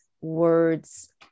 words